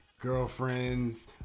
girlfriends